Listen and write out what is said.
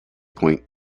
point